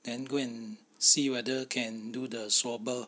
then go and see whether can do the swabber